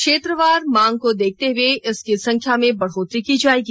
क्षेत्रवार मांग को देखते हुए इसकी संख्या में बढ़ोत्तरी की जाएगी